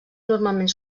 normalment